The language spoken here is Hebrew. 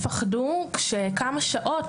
וככל שתמשיך לדבר,